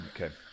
Okay